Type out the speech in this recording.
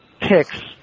picks